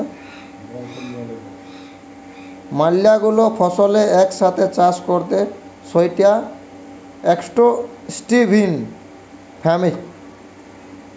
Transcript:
ম্যালা গুলা ফসলের এক সাথে চাষ করলে সৌটা এক্সটেন্সিভ ফার্মিং